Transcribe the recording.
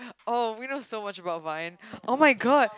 oh we know so much about vine [oh]-my-god